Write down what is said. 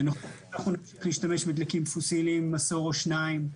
זה נכון להשתמש בדלקים פוסילים, עשור, או שניים,